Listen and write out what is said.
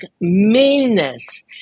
meanness